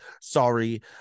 Sorry